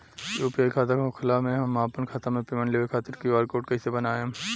UPI खाता होखला मे हम आपन खाता मे पेमेंट लेवे खातिर क्यू.आर कोड कइसे बनाएम?